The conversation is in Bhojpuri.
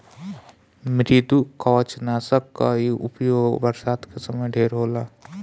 मृदुकवचनाशक कअ उपयोग बरसात के समय ढेर होला